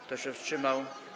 Kto się wstrzymał?